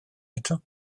eto